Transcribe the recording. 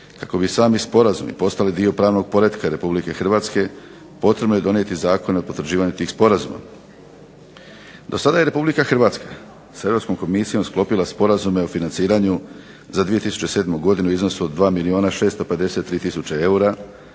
Kako bi sami sporazumi postali dio pravnog poretka Republike Hrvatske potrebno je donijeti zakone o potvrđivanju tih sporazuma. Do sada je Republika Hrvatska s Europskom komisijom sklopila sporazume o financiranju za 2007. godinu u iznosu od 2 milijuna 653 tisuće eura,